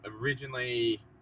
originally